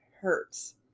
hurts